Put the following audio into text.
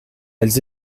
elles